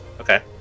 Okay